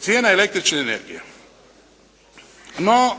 Cijena električne energije. No